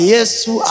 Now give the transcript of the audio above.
Yesu